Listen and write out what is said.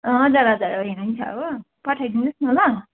हजुर हजुर हुन्छ हो पठाइदिनुहोस् न ल